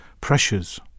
pressures